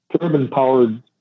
turbine-powered